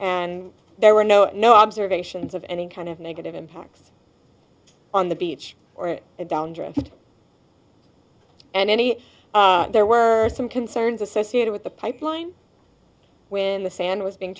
and there were no no observations of any kind of negative impacts on the beach or downdraft and any there were some concerns associated with the pipeline when the sand was being